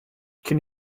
can